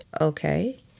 Okay